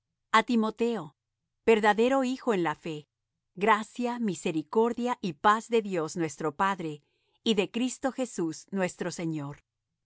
a timoteo verdadero hijo en la fe gracia misericordia y paz de dios nuestro padre y de cristo jesús nuestro señor